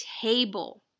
table